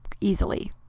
easily